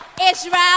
Israel